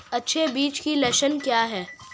अच्छे बीज के लक्षण क्या हैं?